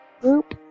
group